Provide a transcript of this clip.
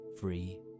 free